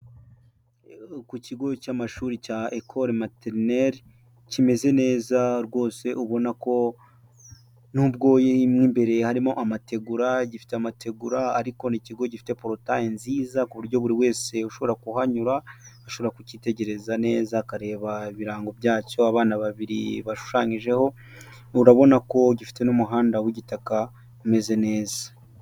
Ku kigo cy'amashuri cya Ecole Maternelle, kimeze neza rwose ubona ko n'ubwo mo imbere harimo amategura, gifite amategura ariko ni ikigo gifite porotayi nziza, ku buryo buri wese ushobora kuhanyura, ashobora kukitegereza neza, akareba ibirango byacyo, abana babiri bashushanyijeho, urabona ko gifite n'umuhanda w'igitaka umeze neza.